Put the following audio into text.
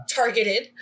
targeted